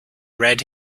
red